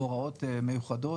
הוראות מיוחדות.